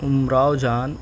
Umrao Jaan